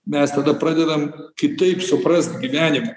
mes tada pradedam kitaip suprast gyvenime